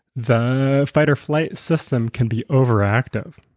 the fight or flight system can be overactive.